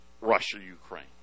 Russia-Ukraine